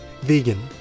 vegan